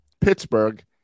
Pittsburgh